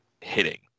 hitting